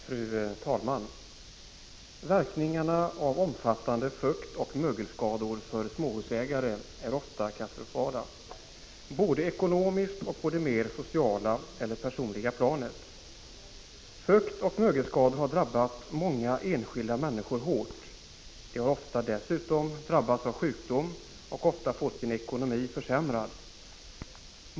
Fru talman! Verkningarna av omfattande fuktoch mögelskador är ofta katastrofala för småhusägare både ekonomiskt och på det sociala eller personliga planet. Fuktoch mögelskador har drabbat många enskilda människor hårt. De har ofta dessutom drabbats av sjukdom och många gånger fått sin ekonomi försämrad.